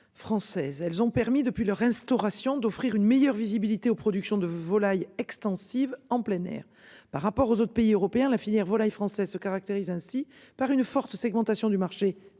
elles ont permis depuis leur instauration d'offrir une meilleure visibilité aux productions de volailles extensive en plein air par rapport aux autres pays européens la filière volaille française se caractérise ainsi par une forte segmentation du marché